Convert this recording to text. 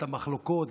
את המחלוקות,